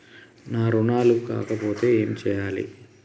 నా రుణాలు కాకపోతే ఏమి చేయాలి?